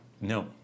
no